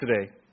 today